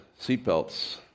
seatbelts